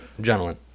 gentlemen